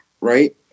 right